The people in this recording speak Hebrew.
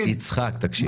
לחודשיים.